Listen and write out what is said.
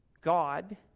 God